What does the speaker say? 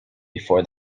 before